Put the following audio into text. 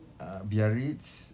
uh biarritz